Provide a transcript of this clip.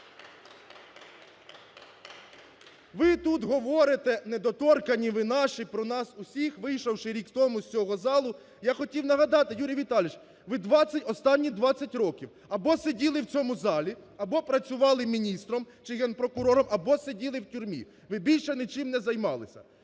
Ви тут говорите, "недоторканні ви наші" про нас усіх, вийшовши рік тому з цього залу. Я хотів нагадати, Юрій Віталійович, ви 20, останні 20 років або сиділи в цьому залі, або працювали міністром чи Генпрокурором, або сиділи в тюрмі – ви більше нічим не займалися.